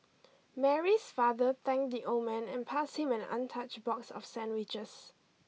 Mary's father thanked the old man and passed him an untouched box of sandwiches